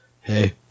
Hey